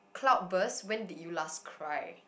cloud burst when did you last cry